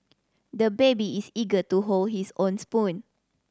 the baby is eager to hold his own spoon